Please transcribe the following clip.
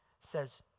says